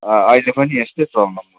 अँ अहिले पनि यस्तै प्रोब्लम हुँदैछ